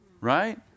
Right